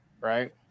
Right